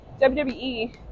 wwe